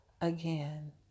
again